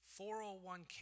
401k